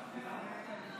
עד שלוש דקות.